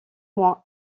moins